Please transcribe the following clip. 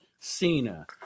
Cena